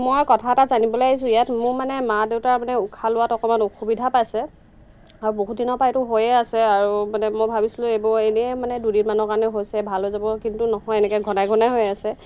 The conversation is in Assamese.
মই কথা এটা জানিবলৈ আহিছোঁ ইয়াত মোৰ মানে মা দেউতাৰ মানে উশাহ লোৱাত অকণমান অসুবিধা পাইছে আৰু বহুত দিনৰপৰা এইটো হৈয়ে আছে আৰু মানে মই ভাবিছিলোঁ এইবোৰ এনেই মানে দুদিনমানৰ কাৰণে হৈছে ভাল হৈ যাব কিন্তু নহয় এনেকৈ ঘনাই ঘনাই হৈ আছে